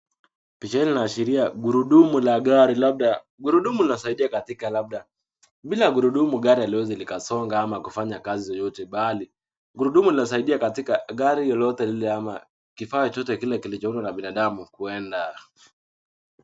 Picha hili linaashiria gurudumu la gari, labda, gurudumu linasaidia katika, labda, bila gurudumu haliwezi likasonga au kufanya kazi yoyote bali, gurudumu linasaidia katika gari lolote lile ama kifaa chote kile kilichoundwa na binadamu kuenda.